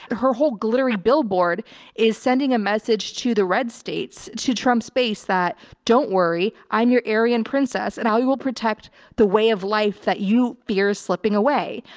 and her whole glittery billboard is sending a message to the red states, to trump's base that don't worry, i'm your aryan princess and how we will protect the way of life that you fear slipping away.